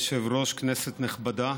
כבוד היושב-ראש, כנסת נכבדה,